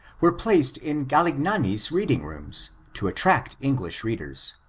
were placed in galignani's reading rooms, to attract english readers,